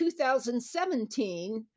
2017